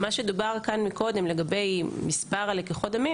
מה שדובר כאן מקודם לגבי מספר לקיחות הדמים